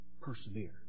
persevere